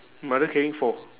mother carrying four